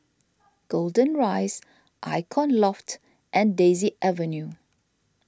Golden Rise Icon Loft and Daisy Avenue